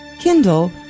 Kindle